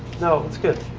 no, it's good.